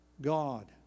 God